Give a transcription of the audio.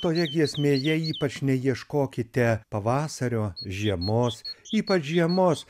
toje giesmėje ypač neieškokite pavasario žiemos ypač žiemos